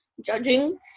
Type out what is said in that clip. judging